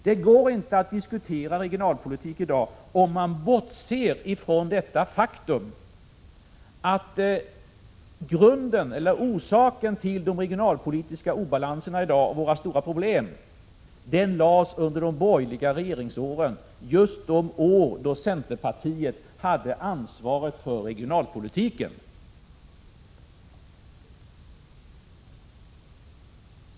Det går inte att diskutera regionalpolitiken i dag om man bortser från det faktum att orsaken till de regionalpolitiska obalanserna i dag och till våra stora problem lades under de borgerliga regeringsåren, då just centerpartiet hade ansvaret för regionalpolitiken.